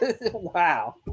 Wow